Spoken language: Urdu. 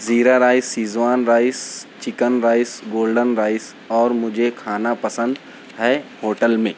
زیرہ rice schezwan rice chicken rice golden rice اور مجھے کھانا پسند ہے ہوٹل میں